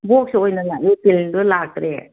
box ꯑꯣꯏꯅ ꯂꯥꯛꯏ ꯄ꯭ꯂꯦꯟꯗꯣ ꯂꯥꯛꯇ꯭ꯔꯦ